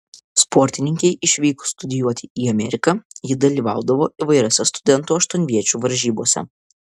sportininkei išvykus studijuoti į ameriką ji dalyvaudavo įvairiose studentų aštuonviečių varžybose